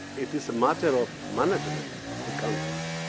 it is a matter of management of the content.